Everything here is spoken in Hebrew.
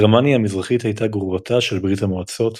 גרמניה המזרחית הייתה גרורתה של ברית המועצות